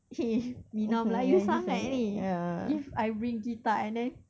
!chey! minah melayu sangat ni if I bring guitar and then